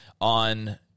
on